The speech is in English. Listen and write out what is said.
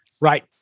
Right